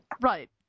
Right